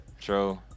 true